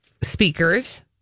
Speakers